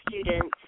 students